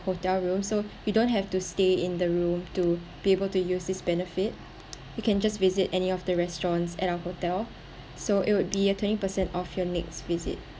hotel room so we don't have to stay in the room to be able to use this benefit you can just visit any of the restaurants at our hotel so it would be a twenty percent of your next visit